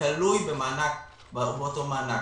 שעצם זה שאנחנו ממשיכים את המענק זה הוצאות נוספות על המדינה,